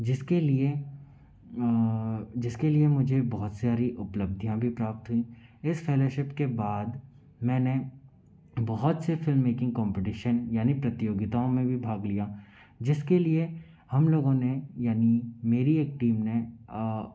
जिसके लिए जिसके लिए मुझे बहुत सारी उपलब्धियाँ भी प्राप्त हुई इस फेलोशिप के बाद मैंने बहुत सी फ़िल्ममेकिंग कॉम्पिटिशन यानि की प्रतियोगिताओ में भी भाग लिया जिसके लिए हम लोगों ने यानि मेरी एक टीम ने